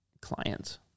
clients